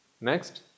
Next